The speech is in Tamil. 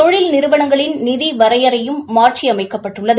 தொழில் நிறுவனங்களின் நிதி வரையறையும் மாற்றி அமைக்கப்பட்டுள்ளது